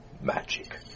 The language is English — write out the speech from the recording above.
magic